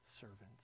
servants